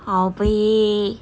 好呗